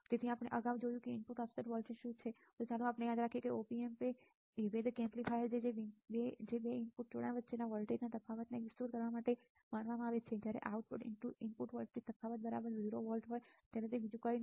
તેથી આપણે અગાઉ જોયું છે કે ઇનપુટ ઓફસેટ વોલ્ટેજ શું છે ચાલો આપણે યાદ રાખીએ કે Op Amp એ વિભેદક એમ્પ્લીફાયર છે જે 2 ઇનપુટ જોડાણ વચ્ચેના વોલ્ટેજમાં તફાવતને વિસ્તૃત કરવા માટે માનવામાં આવે છે અને જ્યારે આઉટપુટ ઇનપુટ વોલ્ટેજ તફાવત બરાબર 0 વોલ્ટ હોય ત્યારે વધુ કંઈ નથી